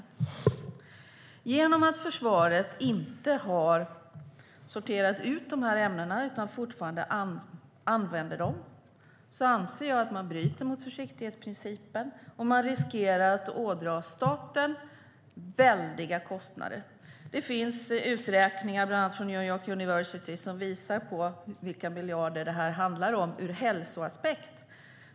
Genom att försvaret inte har sorterat ut dessa ämnen utan fortfarande använder dem anser jag att man bryter mot försiktighetsprincipen och riskerar att ådra staten mycket stora kostnader. Det finns uträkningar från bland annat New York University som visar hur många miljarder detta handlar om ur hälsoaspekt.